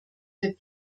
der